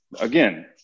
again